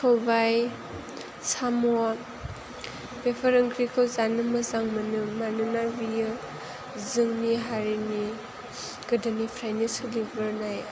सबाइ साम' बेफोर ओंख्रिखौ जानो मोजां मोनो मानोना बियो जोंनि हारिनि गोदोनिफ्रायनो सोलिबोनाय